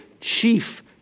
chief